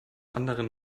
anderen